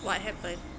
what happen